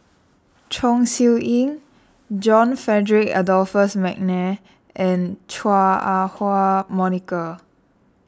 Chong Siew Ying John Frederick Adolphus McNair and Chua Ah Huwa Monica